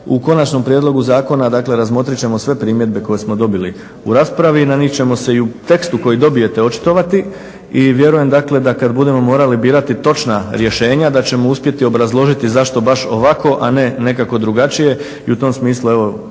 U konačnom prijedlogu zakona, dakle razmotrit ćemo sve primjedbe koje smo dobili u raspravi i na njih ćemo se i u tekstu koji dobijete očitovati. I vjeruje dakle, da kad budemo morali birati točna rješenja da ćemo uspjeti obrazložiti zašto baš ovako a ne nekako drugačije i u tom smislu evo